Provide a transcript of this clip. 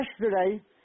yesterday